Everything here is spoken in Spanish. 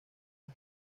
las